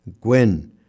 Gwen